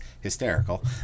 hysterical